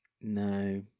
No